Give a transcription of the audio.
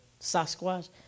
Sasquatch